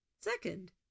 Second